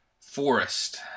Forest